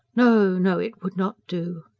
no, no! it would not do.